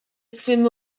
swim